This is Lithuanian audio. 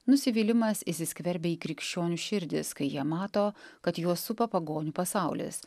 nusivylimas įsiskverbia į krikščionių širdis kai jie mato kad juos supa pagonių pasaulis